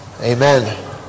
amen